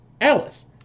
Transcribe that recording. Alice